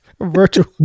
Virtual